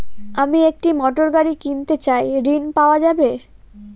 আমি একটি মোটরগাড়ি কিনতে চাই ঝণ পাওয়া যাবে?